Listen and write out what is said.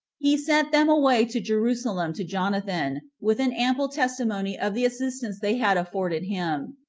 he sent them away to jerusalem to jonathan, with an ample testimony of the assistance they had afforded him.